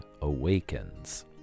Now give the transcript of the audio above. awakens